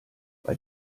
bei